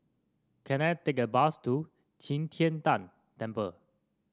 can I take a bus to Qi Tian Tan Temple